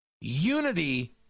unity